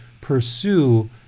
pursue